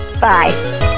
Bye